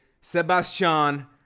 Sebastian